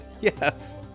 Yes